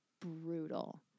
brutal